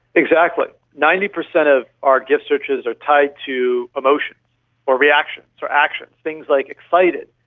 exactly. ninety percent of our gif searches are tied to emotions or reactions or actions, things like excited,